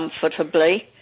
comfortably